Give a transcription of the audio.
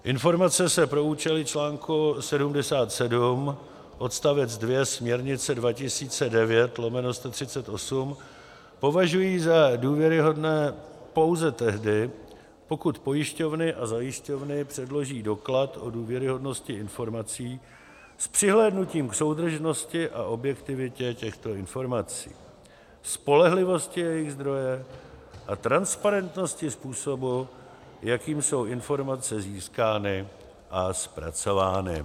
Informace se pro účely čl. 77 odst. 2 směrnice 2009/138 považují za důvěryhodné pouze tehdy, pokud pojišťovny a zajišťovny předloží doklad o důvěryhodnosti informací s přihlédnutím k soudržnosti a objektivitě těchto informací, spolehlivosti jejich zdroje a transparentnosti způsobu, jakým jsou informace získány a zpracovány.